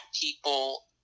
people